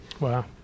Wow